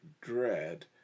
dread